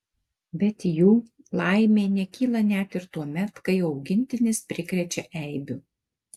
bet jų laimė nekyla net ir tuomet kai augintinis prikrečia eibių